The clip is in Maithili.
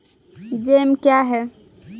जैम क्या हैं?